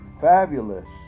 fabulous